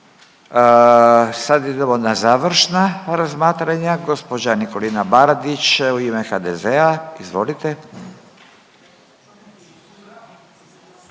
Sad idemo na završna razmatranja, gđa. Nikolina Baradić u ime HDZ-a, izvolite.